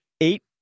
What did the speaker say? Eight